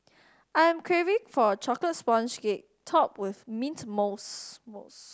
I am craving for a chocolate sponge cake topped with mint mousse mousse